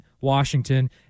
washington